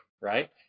right